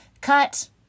cut